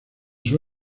sus